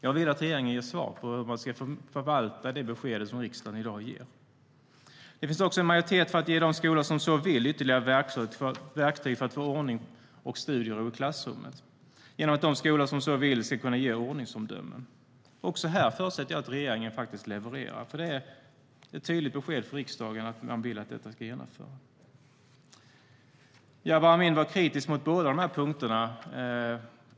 Jag vill att regeringen ger svar på hur den ska förvalta det besked som riksdagen i dag ger. Det finns också en majoritet för att ge de skolor som så vill ytterligare verktyg för att få ordning på studierna i klassrummet genom att de ska kunna ge ordningsomdömen. Också här förutsätter jag att regeringen levererar. Det är ett tydligt besked från riksdagen att den vill att detta ska genomföras. Jabar Amin var kritisk mot båda dessa punkter.